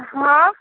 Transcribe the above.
हँ